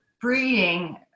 breeding